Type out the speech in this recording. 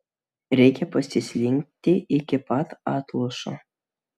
reikia pasislinkti iki pat atlošo